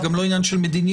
זה גם לא שאלה של מדיניות.